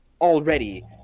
already